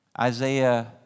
Isaiah